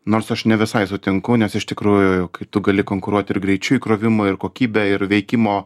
nors aš ne visai sutinku nes iš tikrųjų kai tu gali konkuruot ir greičiu įkrovimo ir kokybe ir veikimo